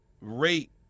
rate